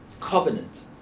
Covenant